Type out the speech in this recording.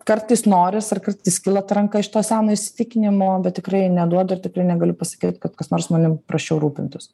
kartais noris ar kartais kyla ta ranka iš to seno įsitikinimo bet tikrai neduodu ir tikrai negaliu pasakyt kad kas nors manim prasčiau rūpintųs